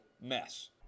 mess